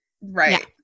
Right